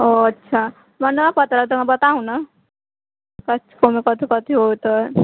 ओ अच्छा हमरा नऽ पता हइ तऽ हमरा बताहू नऽ ओहिमे कथी कथी होतै